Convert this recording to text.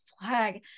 flag